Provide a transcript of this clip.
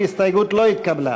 ההסתייגות של קבוצת